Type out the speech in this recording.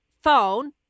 phone